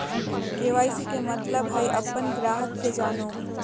KYC के मतलब हइ अपन ग्राहक के जानो